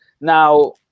Now